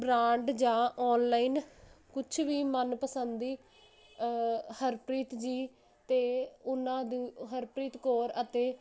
brand ਜਾਂ online ਕੁਛ ਵੀ ਮਨ ਪਸੰਦੀ ਹਰਪ੍ਰੀਤ ਜੀ ਤੇ ਉਨਾਂ ਦੇ ਹਰਪ੍ਰੀਤ ਕੌਰ ਅਤੇ